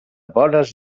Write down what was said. bones